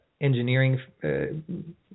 engineering